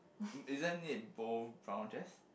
isn't it both brown chairs